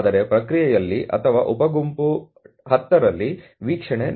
ಆದರೆ ಪ್ರಕ್ರಿಯೆಯಲ್ಲಿ ಅಥವಾ ಉಪ ಗುಂಪು 10 ರಲ್ಲಿ ವೀಕ್ಷಣೆ ನಿಜವಾಗಿಯೂ LCL ಅನ್ನು ಮೀರಿದೆ